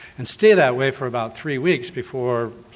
and stay that way for about three weeks before,